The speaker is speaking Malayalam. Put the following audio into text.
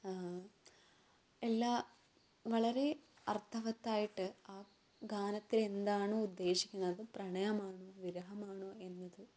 എല്ലാം വളരെ അർത്ഥവത്തായിട്ട് ആ ഗാനത്തിൽ എന്താണ് ഉദ്ദേശിക്കുന്നത് പ്രണയമാണോ വിരഹമാണോ എന്നത്